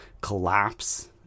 collapse